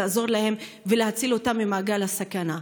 לעזור להם ולהציל אותם ממעגל הסכנה.